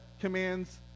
commands